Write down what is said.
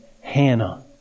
Hannah